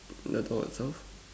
I thought I solve